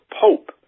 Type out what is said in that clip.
Pope